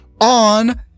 on